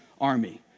army